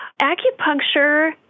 Acupuncture